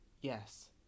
yes